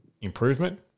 improvement